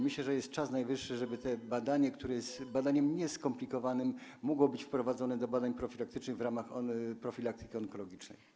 Myślę, że jest czas najwyższy, żeby to badanie, które jest badaniem nieskomplikowanym, mogło być wprowadzone do badań profilaktycznych wykonywanych w ramach profilaktyki onkologicznej.